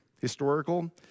historical